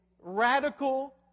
radical